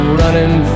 running